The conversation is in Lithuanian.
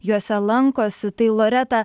juose lankosi tai loreta